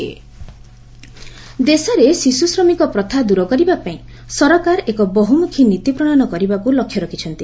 child labour ଦେଶରେ ଶିଶୁ ଶ୍ରମିକ ପ୍ରଥା ଦୂର କରିବା ପାଇଁ ସରକାର ଏକ ବହୁମୁଖୀ ନୀତି ପ୍ରଣୟନ କରିବାକୁ ଲକ୍ଷ୍ୟ ରଖିଛନ୍ତି